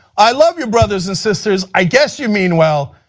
i love you, brothers and sisters, i guess you mean well,